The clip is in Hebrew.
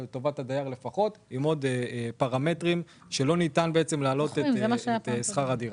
עם התנאי שלא ניתן להעלות את שכר הדירה.